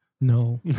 No